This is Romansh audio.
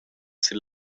sin